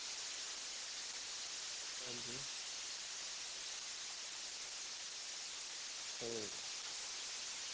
आं जी ठीक